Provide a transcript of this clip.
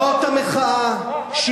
זאת המחאה, מה הם דורשים?